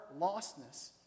lostness